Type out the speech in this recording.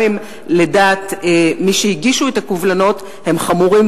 גם אם לדעת מי שהגישו את הקובלנות הם חמורים,